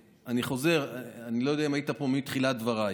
אני חוזר, אני לא יודע אם היית פה בתחילת דבריי.